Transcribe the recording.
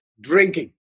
drinking